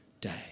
day